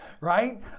Right